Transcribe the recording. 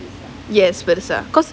yes பெருசா:perusaa because